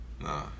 Nah